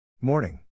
Morning